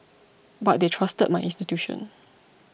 but they trusted my intuition